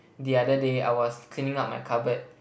the other day I was cleaning up my cupboard